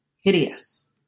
hideous